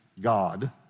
God